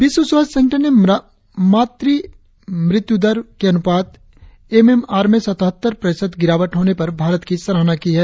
विश्व स्वास्थ्य संगठन ने मातृ मृत्यु दर के अनुपात एम एम आर में सतहत्तर प्रतिशत गिरावट होने पर भारत की सराहना की है